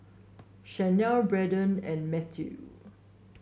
Shanelle Bradyn and Matthew